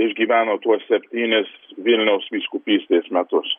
išgyveno tuos septynis vilniaus vyskupystės metus